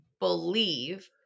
believe